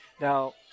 Now